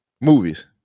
movies